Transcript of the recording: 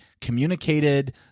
communicated